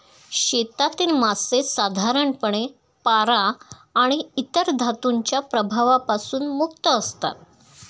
शेतातील मासे साधारणपणे पारा आणि इतर धातूंच्या प्रभावापासून मुक्त असतात